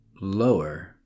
lower